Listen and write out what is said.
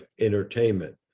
entertainment